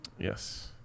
Yes